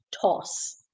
toss